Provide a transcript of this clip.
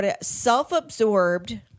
self-absorbed